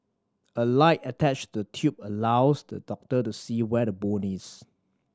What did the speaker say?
a light attached the tube allows the doctor to see where the bone is